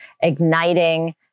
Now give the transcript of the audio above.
igniting